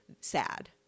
sad